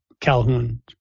Calhoun